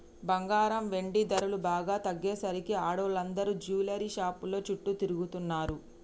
బంగారం, వెండి ధరలు బాగా తగ్గేసరికి ఆడోళ్ళందరూ జువెల్లరీ షాపుల చుట్టూ తిరుగుతున్నరు